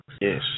Yes